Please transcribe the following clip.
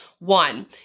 One